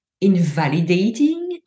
invalidating